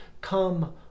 come